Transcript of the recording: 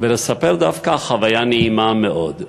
ולספר דווקא חוויה נעימה מאוד.